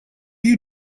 you